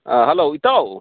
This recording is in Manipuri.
ꯍꯜꯂꯣ ꯏꯇꯥꯎ